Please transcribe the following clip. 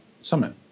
Summit